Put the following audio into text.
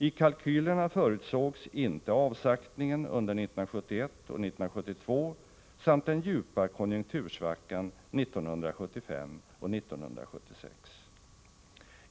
I kalkylerna förutsågs inte politiken på medellång sikt avsaktningen under 1971 och 1972 samt den djupa konjunktursvackan 1975 och 1976.